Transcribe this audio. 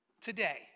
today